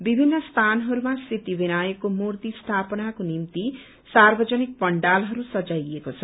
विभिन्न स्यानहरूमा सिछी विनायकको मूर्ति स्यापनाको निम्ति सार्वजनिक पण्डालहरू सजाइएको छ